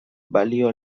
balio